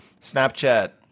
snapchat